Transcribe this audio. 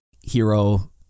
hero